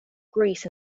greece